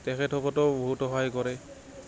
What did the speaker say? তেখেতসকলেও বহুত সহায় কৰে